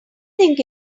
think